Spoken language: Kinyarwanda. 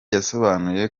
yasobanuye